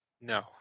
No